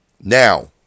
Now